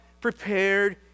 prepared